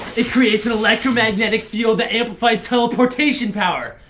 it creates an electromagnetic field that amplifies teleportation power.